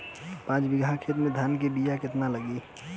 पाँच बिगहा खेत में धान के बिया केतना लागी?